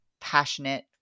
passionate